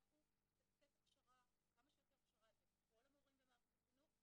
המפתח הוא לתת הכשרה כמה שיותר הכשרה לכל המורים במערכת החינוך.